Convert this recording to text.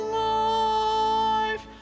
life